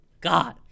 god